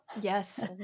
Yes